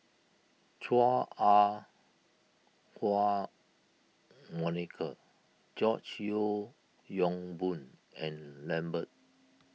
Chua Ah Huwa Monica George Yeo Yong Boon and Lambert